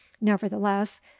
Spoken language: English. nevertheless